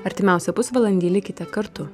artimiausią pusvalandį likite kartu